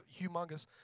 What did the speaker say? humongous